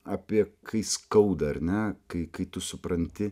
apie kai skauda ar ne kai kai tu supranti